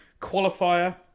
qualifier